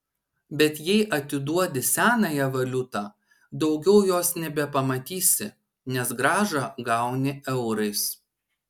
bet jei atiduodi senąją valiutą daugiau jos nebepamatysi nes grąžą gauni eurais